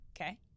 Okay